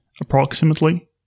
approximately